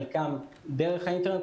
חלקן דרך האינטרנט.